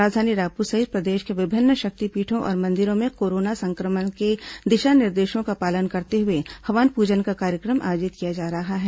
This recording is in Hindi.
राजधानी रायपुर सहित प्रदेश के विभिन्न शक्तिपीठों और मंदिरों में कोरोना संक्रमण के दिशा निर्देशों का पालन करते हुए हवन पूजन का कार्यक्रम आयोजित किया जा रहा है